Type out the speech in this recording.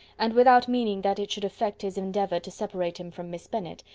and without meaning that it should affect his endeavour to separate him from miss bennet,